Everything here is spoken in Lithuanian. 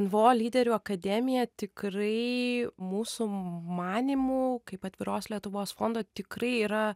nvo lyderių akademija tikrai mūsų manymu kaip atviros lietuvos fondo tikrai yra